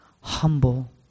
humble